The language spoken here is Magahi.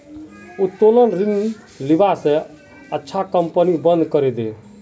उत्तोलन ऋण लीबा स अच्छा कंपनी बंद करे दे